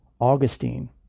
Augustine